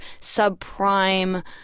subprime